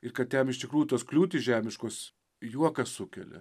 ir kad jam iš tikrųjų tos kliūtys žemiškos juoką sukelia